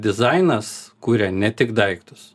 dizainas kuria ne tik daiktus